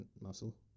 muscle